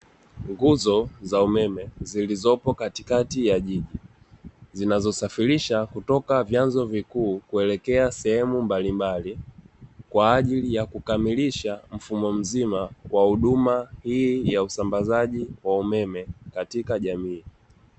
Nguzo za umeme zilizopo katikati ya jiji, zinazosafirisha kutoka vyanzo vikuu kuelekea sehemu mbalimbali kwa ajili ya kukamilisha mfumo mzima wa huduma hii ya usambazaji wa umeme katika jamii.